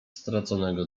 straconego